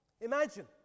imagine